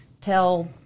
tell